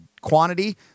quantity